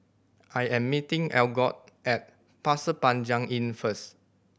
I am meeting Algot at Pasir Panjang Inn first